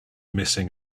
missing